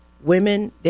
women